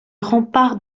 rempart